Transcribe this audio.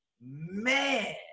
man